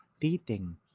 dating